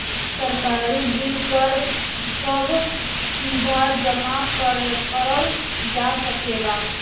सरकारी बिल कर सभ सीधा जमा करल जा सकेला